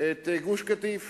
את גוש-קטיף